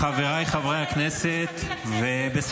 חבריי חברי הכנסת --- אני רק רוצה להגיד לך,